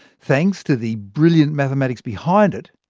thanks to the brilliant mathematics behind it,